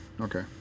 Okay